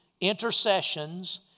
intercessions